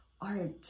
art